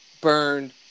burned